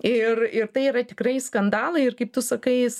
ir ir tai yra tikrai skandalai ir kaip tu sakai jis